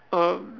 um